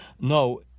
No